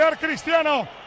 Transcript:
Cristiano